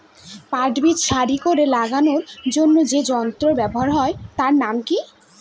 পাট বীজ সারি করে লাগানোর জন্য যে যন্ত্র ব্যবহার হয় তার নাম কি?